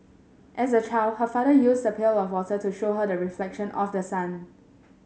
as a child her father used a pail of water to show her the reflection of the sun